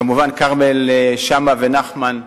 כמובן חברי הכנסת כרמל שאמה ונחמן שי,